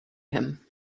him